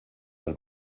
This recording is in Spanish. del